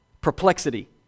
perplexity